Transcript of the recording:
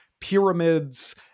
pyramids